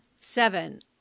Seven